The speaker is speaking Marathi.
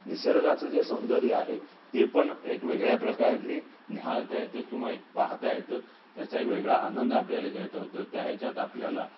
निसर्गाचं जे सौंदर्य आहे ते पण एक वेगळ्या प्रकारे न्याहाळता येतं किंवा एक पाहता येतं त्याचा एक वेगळा आनंद आपल्याला घ्यायचा होतो त्या ह्याच्यात आपल्याला